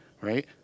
right